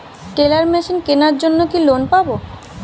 Teller machine কেনার জন্য কি লোন পাব?